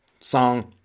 song